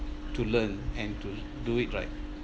to learn and to do it right